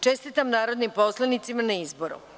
Čestitam narodnim poslanicima na izboru.